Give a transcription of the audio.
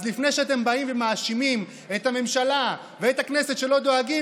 אז לפני שאתם באים ומאשימים את הממשלה ואת הכנסת שלא דואגים,